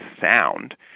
sound